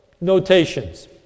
notations